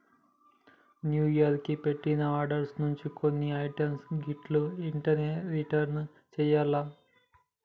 new year కి పెట్టిన orders నుంచి కొన్ని ఐటమ్స్ గిట్లా ఎంటనే రిటర్న్ చెయ్యాల్ల